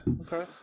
Okay